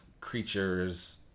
creatures